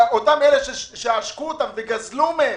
אותם אלה שעשקו אותם וגזלו את